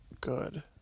good